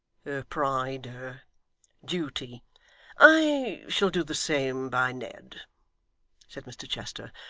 pride, her duty i shall do the same by ned said mr chester,